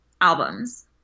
albums